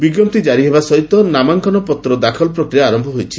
ବିଞ୍ଜପ୍ତି ଜାରି ହେବା ସହିତ ନାମାଙ୍କନ ଦାଖଲ ପ୍ରକ୍ରିୟା ଆରମ୍ଭ ହୋଇଛି